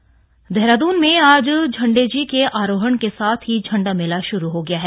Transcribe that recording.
झंडा मेला देहरादून में आज झंडेजी के आरोहण के साथ ही झंडा मेला शुरू हो गया है